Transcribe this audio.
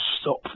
stop